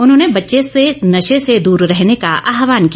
उन्होंने बच्चों से नशे से दूर रहने का आह्वान किया